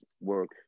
work